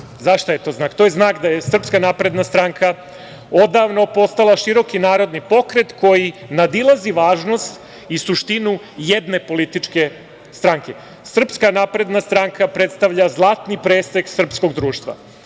Za šta je to znak? To je znak da je SNS odavno postala široki narodni pokret koji nadilazi važnost i suštinu jedne političke stranke. Srpska napredna stranka predstavlja zlatni presek srpskog društva.